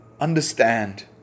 understand